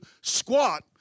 squat